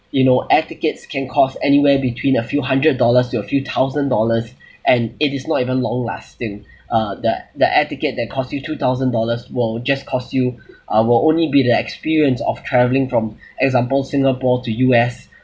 you know air tickets can cost anywhere between a few hundred dollars to a few thousand dollars and it is not even long lasting uh the the air ticket that costs you two thousand dollars will just costs you uh will only be the experience of travelling from example singapore to U_S